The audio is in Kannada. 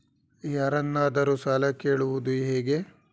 ಯಾರನ್ನಾದರೂ ಸಾಲ ಕೇಳುವುದು ಹೇಗೆ?